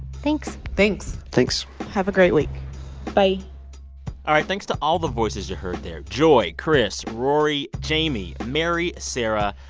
thanks thanks thanks have a great week bye all right. thanks to all the voices you heard there joy, chris, rory, jamie, mary, sarah,